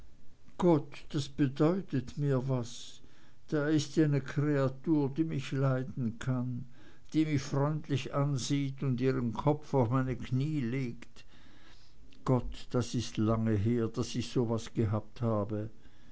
gott das bedeutet mir was das is ja ne kreatur die mich leiden kann die mich freundlich ansieht und ihren kopf auf meine knie legt gott das ist lange her daß ich so was gehabt habe